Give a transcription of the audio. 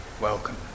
welcome